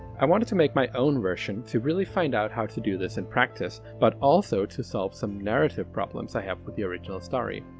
i wanted to make my own version to really find out how to do this in practice, but also to solve some narrative problems i have with the original story.